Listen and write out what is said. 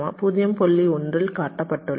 1 இல் காட்டப்பட்டுள்ளன